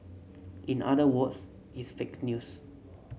in other words it's fake news